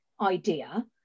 idea